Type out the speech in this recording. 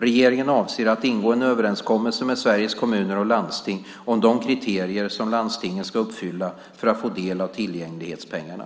Regeringen avser att ingå en överenskommelse med Sveriges Kommuner och Landsting om de kriterier som landstingen ska uppfylla för att få del av tillgänglighetspengarna.